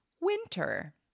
Winter